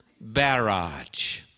barrage